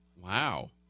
Wow